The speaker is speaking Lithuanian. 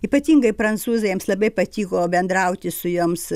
ypatingai prancūzėms labai patiko bendrauti su joms